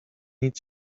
nic